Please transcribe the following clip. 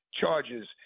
charges